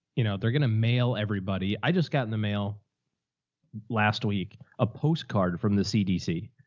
you know, they're going to mail everybody. i just got in the mail last week, a postcard from the cdc